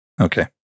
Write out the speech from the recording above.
Okay